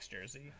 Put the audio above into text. jersey